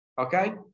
Okay